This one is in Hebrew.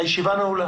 הישיבה נעולה.